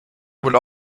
would